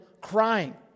crying